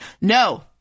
No